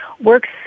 works